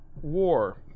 War